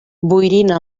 boirina